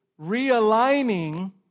Realigning